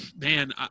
man